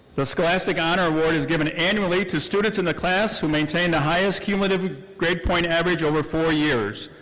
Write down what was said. the scholastic honor award is given annually to students in the class who maintain the highest cumulative grade point average over four years.